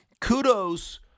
kudos